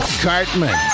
cartman